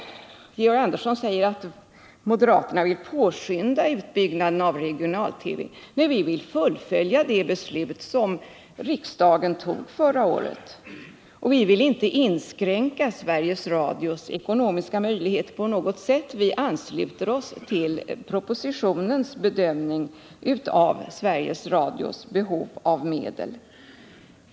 Georg Andersson sade att moderaterna vill påskynda utbyggnaden av regional-TV. Nej, vi vill fullfölja det beslut som riksdagen fattade förra året, och vi vill inte på något sätt inskränka Sveriges Radios ekonomiska möjligheter. Vi ansluter oss till propositionens bedömning av Sveriges Radios behov av medel.